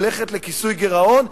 הולך לכיסוי גירעון,